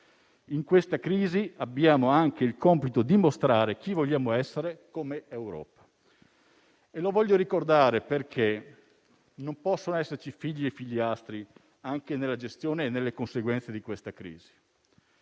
aggiungeva che abbiamo anche il compito di mostrare chi vogliamo essere come Europa. Lo voglio ricordare perché non possono esserci figli e figliastri anche nella gestione e nelle conseguenze di questa crisi